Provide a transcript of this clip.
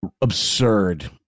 absurd